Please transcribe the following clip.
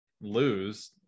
lose